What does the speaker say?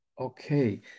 Okay